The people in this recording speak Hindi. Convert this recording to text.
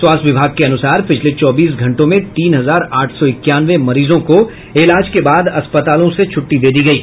स्वास्थ्य विभाग के अनुसार पिछले चौबीस घंटों में तीन हजार आठ सौ इक्यानवे मरीजों को इलाज के बाद अस्पतालों से छुट्टी दी गयी